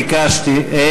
ביקשתי,